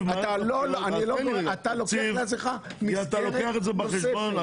אתה לוקח לעצמך מסגרת נוספת.